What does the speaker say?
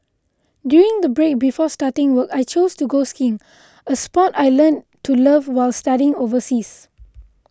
during the break before starting work I chose to go skiing a sport I learnt to love while studying overseas